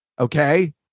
Okay